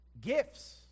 gifts